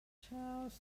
charles